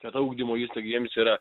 kad ta ugdymo įstaiga jiems yra